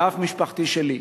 ואף משפחתי שלי.